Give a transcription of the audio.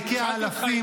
תיקי האלפים,